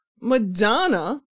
Madonna